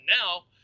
now